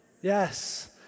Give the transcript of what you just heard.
Yes